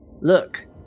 Look